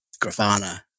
Grafana